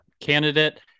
candidate